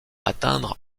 atteindre